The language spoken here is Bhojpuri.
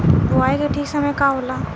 बुआई के ठीक समय का होला?